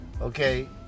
Okay